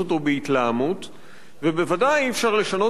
ובוודאי אי-אפשר לשנות אותו באמצעות מבצעים